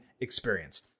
experience